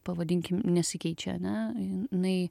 pavadinkim nesikeičia ane jinai